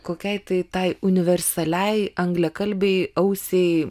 kokiai tai tai universaliajai angliakasiai bei ausiai